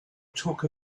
took